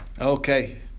Okay